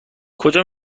کجا